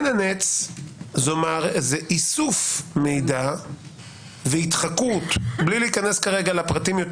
עין הנץ זה איסוף מידע והתחקות בלי להיכנס לפרטים יותר